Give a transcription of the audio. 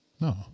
No